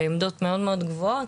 בעמדות מאוד מאוד גבוהות,